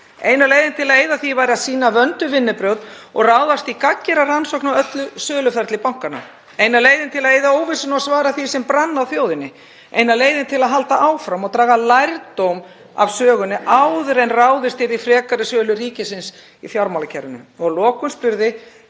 Eina leiðin til að eyða því væri að sýna vönduð vinnubrögð og ráðast í gagngera rannsókn á öllu söluferli bankanna. Eina leiðin til að eyða óvissunni og svara því sem brann á þjóðinni. Eina leiðin til að halda áfram og draga lærdóm af sögunni áður en ráðist yrði í frekari sölu ríkisins í fjármálakerfinu. Að lokum spurði